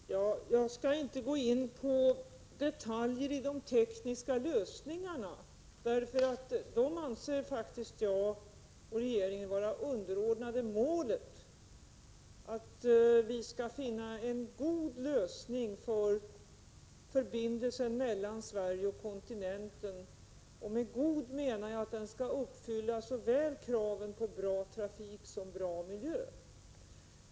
Fru talman! Jag skall inte gå in på detaljerna i de tekniska lösningarna. Dessa anser jag och regeringen vara underordnade målet att vi skall finna en god lösning för förbindelsen mellan Sverige och kontinenten, och med god menar jag att den skall uppfylla kraven på såväl bra trafik som bra miljö.